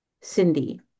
Cindy